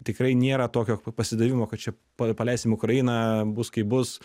tikrai nėra tokio pasidavimo kad čia pa paleisim ukrainą bus kaip bus